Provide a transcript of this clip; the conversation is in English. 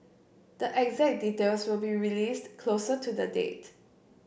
the exact details will be released closer to the date